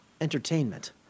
entertainment